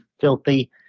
filthy